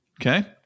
Okay